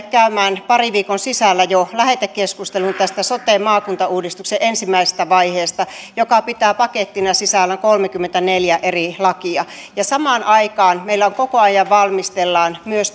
käymään parin viikon sisällä jo lähetekeskustelun tästä sote maakuntauudistuksen ensimmäisestä vaiheesta joka pitää pakettina sisällään kolmekymmentäneljä eri lakia samaan aikaan meillä koko ajan valmistellaan myös